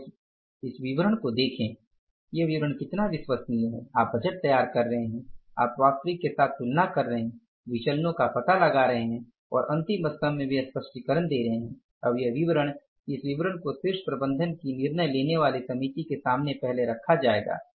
तो अब इस विवरण को देखें कि यह विवरण कितना विश्वसनीय है आप बजट तैयार कर रहे हैं आप वास्तविक के साथ तुलना कर रहे हैं विचलनो का पता लगा रहे हैं और अंतिम स्तम्भ में वे स्पष्टीकरण दे रहे हैं अब यह विवरण इस विवरण को शीर्ष प्रबंधन की निर्णय लेने वाली समिति के सामने पहले रखा जाएगा